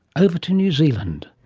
over to new zealand.